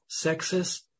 sexist